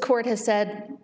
court has said